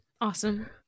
awesome